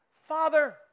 Father